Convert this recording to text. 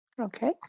Okay